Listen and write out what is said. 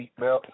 seatbelt